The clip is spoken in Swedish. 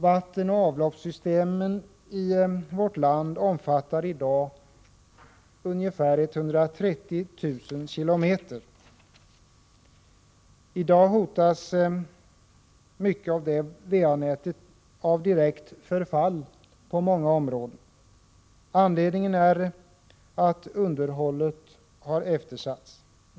Vattenoch avloppssystemen i vårt land omfattar ungefär 130 000 km. I dag hotas mycket av det va-nätet av direkt förfall på många områden. Anledningen är att underhållet eftersatts.